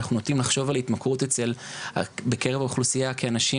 אנחנו נוטים לחשוב על התמכרות בקרב האוכלוסיה כאנשים,